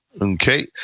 Okay